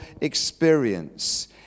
experience